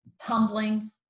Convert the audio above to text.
tumbling